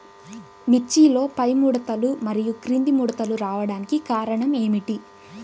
మిర్చిలో పైముడతలు మరియు క్రింది ముడతలు రావడానికి కారణం ఏమిటి?